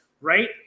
right